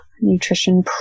Nutrition